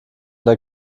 der